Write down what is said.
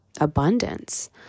abundance